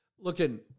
Looking